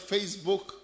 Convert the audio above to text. Facebook